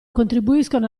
contribuiscono